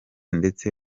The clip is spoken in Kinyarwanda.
ndetse